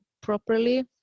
properly